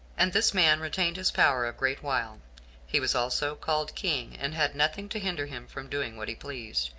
and this man retained his power a great while he was also called king, and had nothing to hinder him from doing what he pleased.